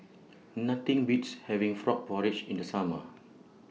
Nothing Beats having Frog Porridge in The Summer